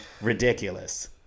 ridiculous